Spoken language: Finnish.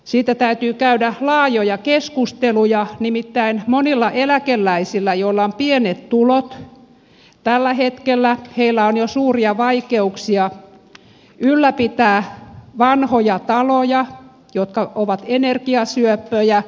siitä täytyy käydä laajoja keskusteluja nimittäin monilla eläkeläisillä joilla on pienet tulot tällä hetkellä on jo suuria vaikeuksia ylläpitää vanhoja taloja jotka ovat energiasyöppöjä